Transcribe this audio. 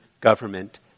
government